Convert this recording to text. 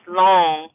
long